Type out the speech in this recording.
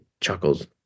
chuckles